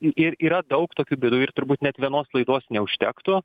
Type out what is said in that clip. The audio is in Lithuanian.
ir yra daug tokių bėdų ir turbūt net vienos laidos neužtektų